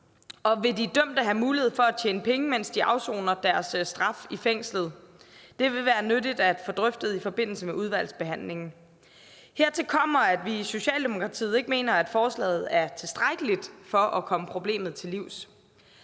Og vil de dømte have mulighed for at tjene penge, mens de afsoner deres straf i fængslet? Det vil være nyttigt at få drøftet i forbindelse med udvalgsbehandlingen. Hertil kommer, at vi i Socialdemokratiet ikke mener, at forslaget er tilstrækkeligt til at komme problemet til livs.